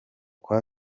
kwa